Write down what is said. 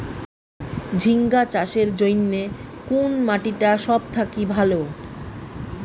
ঝিঙ্গা চাষের জইন্যে কুন মাটি টা সব থাকি ভালো?